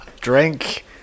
Drink